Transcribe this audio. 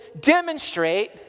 demonstrate